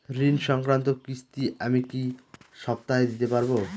ঋণ সংক্রান্ত কিস্তি আমি কি সপ্তাহে দিতে পারবো?